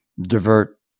divert